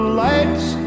lights